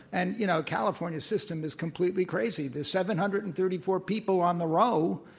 and, you know, california's system is completely crazy. there's seven hundred and thirty four people on the row,